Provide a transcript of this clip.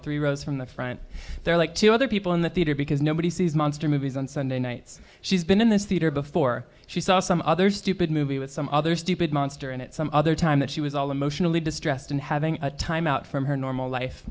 three rows from the front there like to other people in the theater because nobody sees monster movies on sunday nights she's been in this theater before she saw some other stupid movie with some other stupid monster in it some other time that she was all emotionally distressed and having a time out from her normal life